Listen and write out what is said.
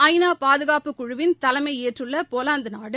ஐ நா பாதுகாப்புக் குழுவின் தலைமை ஏற்றுள்ள போலந்து நாடு